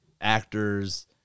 actors